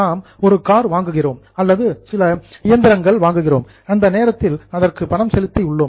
நாம் ஒரு கார் வாங்குகிறோம் அல்லது சில மெஷினரி இயந்திரங்கள் வாங்குகிறோம் அந்த நேரத்தில் அதற்கு பணம் செலுத்தி உள்ளோம்